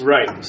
Right